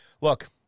look